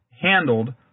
handled